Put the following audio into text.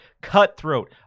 cutthroat